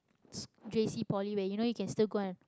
J_C poly where you know you can still go and